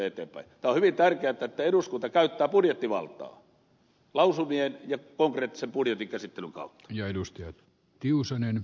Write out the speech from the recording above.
tämä on hyvin tärkeätä että eduskunta käyttää budjettivaltaa lausumien ja konkreettisen budjettikäsittelyn kautta